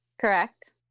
Correct